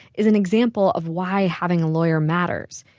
is an example of why having a lawyer matters.